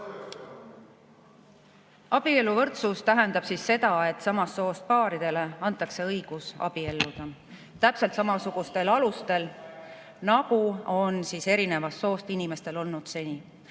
Abieluvõrdsus tähendab siis seda, et samast soost paaridele antakse õigus abielluda täpselt samasugustel alustel, nagu on seni olnud erinevast soost inimestel.